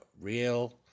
real